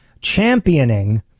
championing